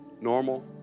normal